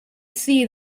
see